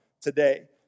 today